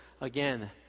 Again